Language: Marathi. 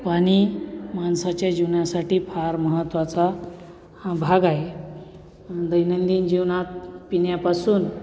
पाणी माणसाच्या जीवनासाठी फार महत्त्वाचा भाग आहे दैनंदिन जीवनात पिण्यापासून